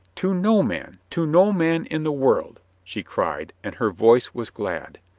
to no man! to no man in the world! she cried, and her voice was glad.